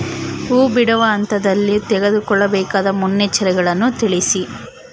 ಹೂ ಬಿಡುವ ಹಂತದಲ್ಲಿ ತೆಗೆದುಕೊಳ್ಳಬೇಕಾದ ಮುನ್ನೆಚ್ಚರಿಕೆಗಳನ್ನು ತಿಳಿಸಿ?